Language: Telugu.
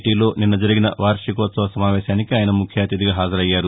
టీలో నిన్న జరిగిన వార్షికోత్సవ సమావేశానికి ఆయన ముఖ్య అతిధిగా హాజరయ్యారు